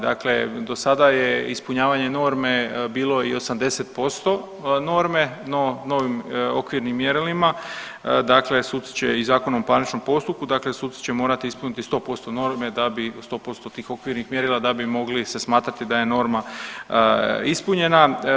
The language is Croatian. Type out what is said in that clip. Dakle, dosada je ispunjavanje norme bilo i 80% norme, no novim okvirnim mjerilima dakle suci će i Zakonom o parničnom postupku, dakle suci će morati ispuniti 100% norme da bi 100%-tnih okvirnih mjerila da bi mogli se smatrati da je norma ispunjena.